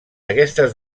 aquestes